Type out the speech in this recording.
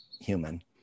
human